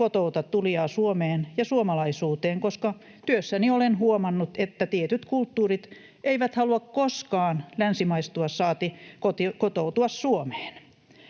kotouta tulijaa Suomeen ja suomalaisuuteen. Työssäni olen huomannut, että tietyt kulttuurit eivät halua koskaan länsimaistua, saati kotoutua Suomeen.